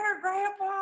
grandpa